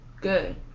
Good